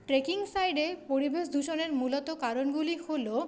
trekking সাইটে পরিবেশ দূষণের মূলত কারণগুলি হল